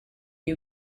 you